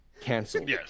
Canceled